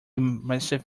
massive